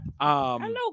hello